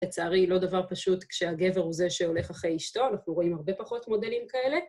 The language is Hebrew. לצערי לא דבר פשוט כשהגבר הוא זה שהולך אחרי אשתו, אנחנו רואים הרבה פחות מודלים כאלה.